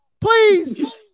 Please